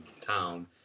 town